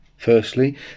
Firstly